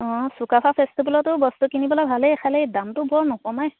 অঁ চুকাফা ফেষ্টিভেলতো বস্তু কিনিবলৈ ভালেই এই খালি দামটো বৰ নকমাই